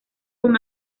con